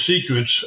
secrets